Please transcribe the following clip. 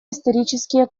исторические